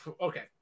Okay